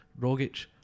Rogic